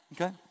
okay